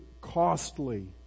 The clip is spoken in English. costly